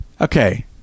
okay